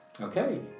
Okay